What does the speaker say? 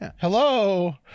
Hello